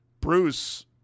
Bruce